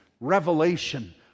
revelation